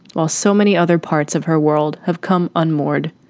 while so many other parts of her world have come unmoored.